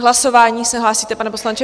K hlasování se hlásíte, pane poslanče?